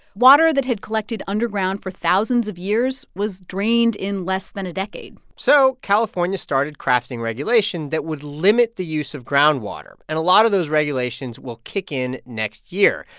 water that had collected underground for thousands of years was drained in less than a decade so california started crafting regulation that would limit the use of groundwater. and a lot of those regulations will kick in next year.